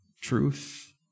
Truth